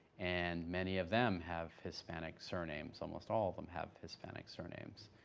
and many of them have hispanic surnames, almost all of them have hispanic surnames.